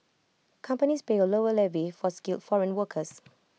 companies pay A lower levy for skilled foreign workers